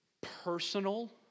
Personal